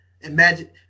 imagine –